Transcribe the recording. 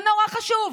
זה נורא חשוב,